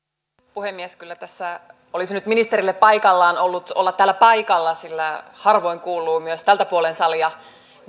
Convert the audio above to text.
puhemies kyllä tässä olisi nyt ministerille paikallaan ollut olla täällä paikalla sillä harvoin kuuluu myös tältä puolen salia